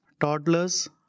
toddlers